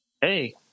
Hey